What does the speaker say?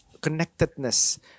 connectedness